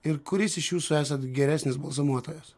ir kuris iš jūsų esat geresnis balzamuotojas